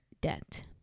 debt